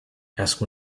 asked